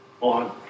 on